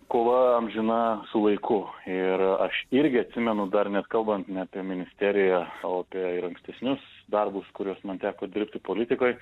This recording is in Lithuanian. kova amžina su laiku ir aš irgi atsimenu dar net kalbant ne apie ministeriją o apie ir ankstesnius darbus kuriuos man teko dirbti politikoj